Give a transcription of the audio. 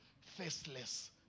faceless